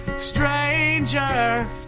Stranger